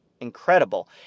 Incredible